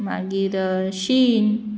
मागीर शीन